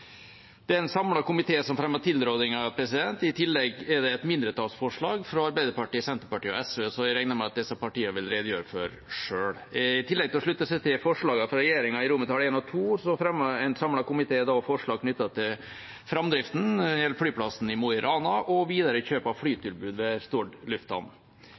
som fremmer tilrådingen. I tillegg er det et mindretallsforslag fra Arbeiderpartiet, Senterpartiet og SV, som jeg regner med at disse partiene vil redegjøre for selv. I tillegg til å slutte seg til forslagene fra regjeringa i I og II, fremmer en samlet komité forslag knyttet til framdriften når det gjelder flyplassen i Mo i Rana og videre kjøp av flytilbud ved Stord